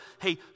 hey